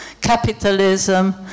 capitalism